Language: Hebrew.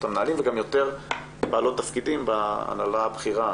המנהלים וגם יותר בעלות תפקידים בהנהלה הבכירה,